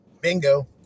Bingo